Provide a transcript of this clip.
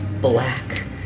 black